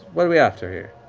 what are we after here?